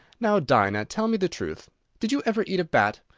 now, dinah, tell me the truth did you ever eat a bat?